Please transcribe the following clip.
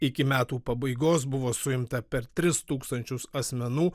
iki metų pabaigos buvo suimta per tris tūkstančius asmenų